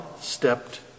stepped